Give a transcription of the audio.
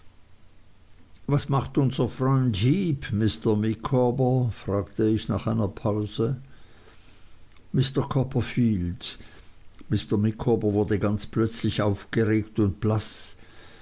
was macht unser freund heep mr micawber fragte ich nach einer pause mr copperfield mr micawber wurde plötzlich ganz aufgeregt und blaß